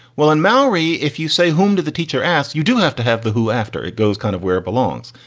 well, in maori, if you say, whom did the teacher ask? you do have to have the who after it goes kind of where it belongs.